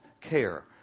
care